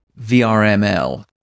VRML